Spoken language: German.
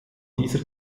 dieser